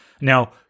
Now